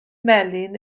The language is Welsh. melyn